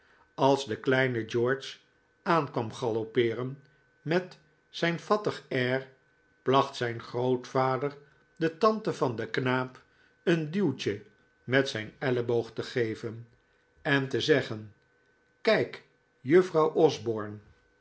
als de kleine george aan kwam galoppeeren met zijn fattig air placht zijn grootvader de tante van den knaap een duwtje met zijn elleboog te geven en te zeggen kijk juffrouw osborne